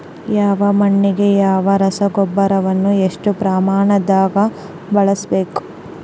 ಯಾವ ಮಣ್ಣಿಗೆ ಯಾವ ರಸಗೊಬ್ಬರವನ್ನು ಎಷ್ಟು ಪ್ರಮಾಣದಾಗ ಬಳಸ್ಬೇಕು?